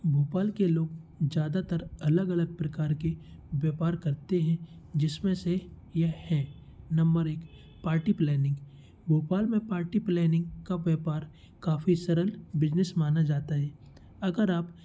भोपाल के लोग ज़्यादातर अलग अलग प्रकार के व्यापार करते हैं जिस में से यह है नंबर एक पार्टी प्लेनिंग भोपाल में पार्टी प्लेनिंग का व्यापार काफ़ी सरल बिजनेस माना जाता है अगर आप